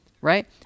right